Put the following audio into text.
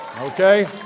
Okay